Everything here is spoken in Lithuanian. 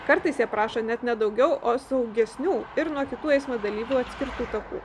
kartais prašo net ne daugiau o saugesnių ir nuo kitų eismo dalyvių atskirtu taku